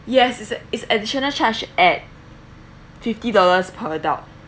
yes it's it's additional charge at fifty dollars per adult